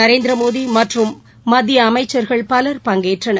நரேந்திரமோடிமற்றும் மத்திய அமைச்சா்கள் பவர் பங்கேற்றனர்